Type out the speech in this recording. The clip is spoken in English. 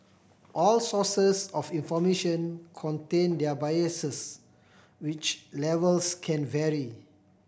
all sources of information contain their biases which levels can vary